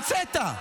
המצאת.